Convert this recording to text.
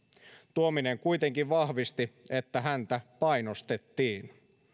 tuominen kuitenkin vahvisti että häntä painostettiin